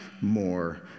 more